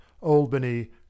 Albany